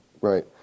right